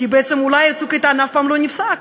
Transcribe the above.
כי בעצם אולי "צוק איתן" אף פעם לא נפסק,